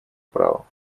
права